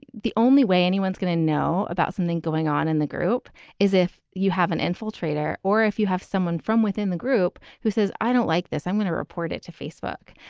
the the only way anyone's going to know about something going on in the group is if you have an infiltrator or if you have someone from within the group who says, i don't like this, i'm going to report it to facebook.